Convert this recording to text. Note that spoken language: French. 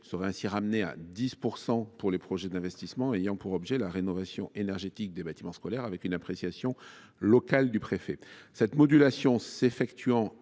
serait ainsi ramenée à 10 % pour les projets d’investissement ayant pour objet la rénovation énergétique des bâtiments scolaires avec une appréciation locale du préfet. Cette modulation s’effectuant